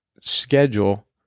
schedule